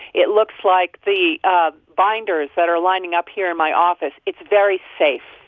it looks like the ah binders that are lining up here in my office. it's very safe.